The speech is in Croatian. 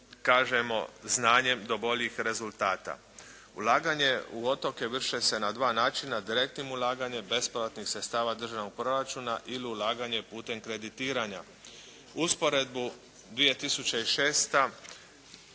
kažemo znanjem do boljih rezultata. Ulaganje u otoke vrše se na dva načina, direktnim ulaganjem bespovratnih sredstava državnog proračuna ili ulaganje putem kreditiranja. Usporedbu 2006.